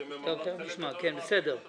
שהן מממנות חלק גדול מהפעילות הזאת.